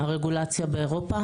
שבאירופה.